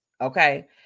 okay